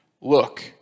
look